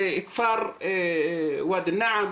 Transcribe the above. כפר וואדי אל-נעם,